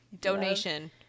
donation